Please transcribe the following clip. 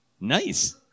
Nice